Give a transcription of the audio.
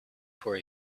for